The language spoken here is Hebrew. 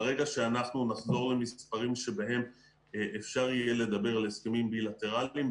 ברגע שאנחנו נחזור למספרים שבהם אפשר יהיה לדבר על הסכמים בילטרליים,